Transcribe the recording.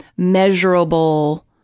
measurable